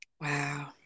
Wow